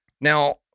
Now